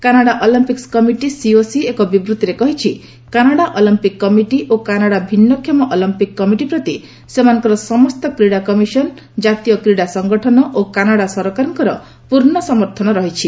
Canada Olympic committee COC ଏକ ବିବୃତିରେ କହିଛି କାନାଡା ଅଲମ୍ପିକ୍ କମିଟି ଓ କାନାଡା ଭିନ୍ନକ୍ଷମ ଅଲମ୍ପିକ୍ କମିଟି ପ୍ରତି ସେମାନଙ୍କର ସମସ୍ତ କ୍ରୀଡ଼ା କମିଶନ ଜାତୀୟ କ୍ରୀଡ଼ା ସଂଗଠନ ଓ କାନାଡା ସରକାରଙ୍କର ପୂର୍ଣ୍ଣ ସମର୍ଥନ ରହିଛି